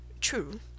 True